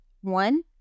one